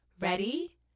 Ready